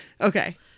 Okay